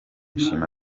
shima